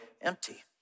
empty